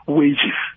wages